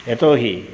यतो हि